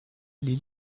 les